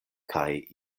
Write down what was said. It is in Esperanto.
kaj